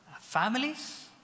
families